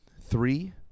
three